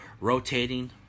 rotating